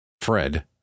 Fred